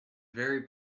very